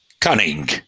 cunning